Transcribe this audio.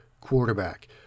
quarterback